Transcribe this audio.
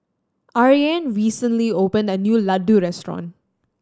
Ariane recently opened a new Ladoo Restaurant